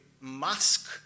mask